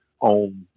on